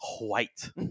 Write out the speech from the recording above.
white